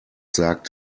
sagt